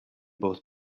both